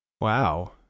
Wow